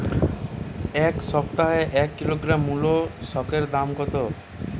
এ সপ্তাহে এক কিলোগ্রাম মুলো শাকের দাম কত?